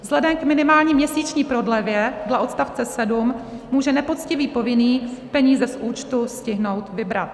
Vzhledem k minimální měsíční prodlevě dle odstavce 7 může nepoctivý povinný peníze z účtu stihnout vybrat.